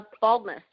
baldness